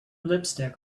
lipstick